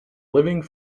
living